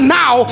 now